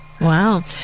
Wow